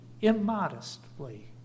immodestly